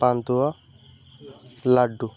pantua laddu